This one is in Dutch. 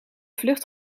vlucht